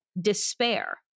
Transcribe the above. despair